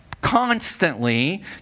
constantly